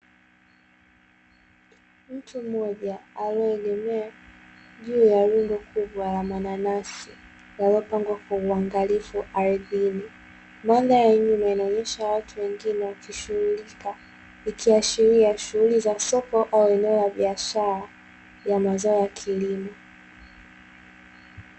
Mtu mmoja aliyeegemea juu ya rundo kubwa la mananasi, yaliyopangwa kwa uangalifu ardhini. Mandhari ya nyuma inaonesha watu wengine wakishughulika, ikiashiria shughuli za soko au eneo la biashara ya mazao ya kilimo.